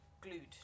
glued